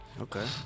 Okay